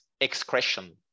excretion